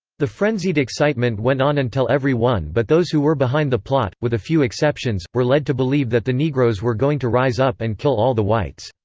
the frenzied excitement went on until every one but those who were behind the plot, with a few exceptions, were led to believe that the negroes were going to rise up and kill all the whites.